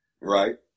Right